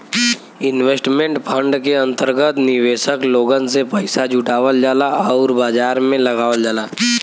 investment fund के अंतर्गत निवेशक लोगन से पइसा जुटावल जाला आउर बाजार में लगावल जाला